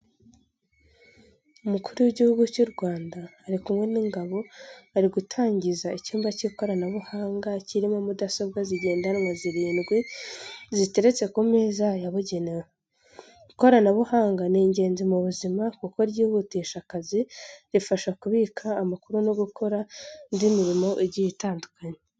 Umukuru w'igihugu cy'u Rwanda ari kumwe n'ingabo ari gutangiza icyumba cy'ikoranabuhanga, kirimo mudasobwa zigendanwa zirindwi, ziteretse ku meza yabugenewe. Ikoranabuhanga ni ingenzi mu buzima kuko ryihutisha akazi, rifasha kubika amakuru no gukora indi mirimo igiye itandukanye.